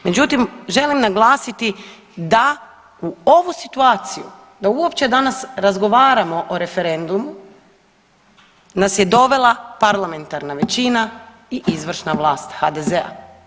Međutim, želim naglasiti da u ovu situaciju da uopće danas razgovaramo o referendumu nas je dovela parlamentarna većina i izvršna vlast HDZ-a.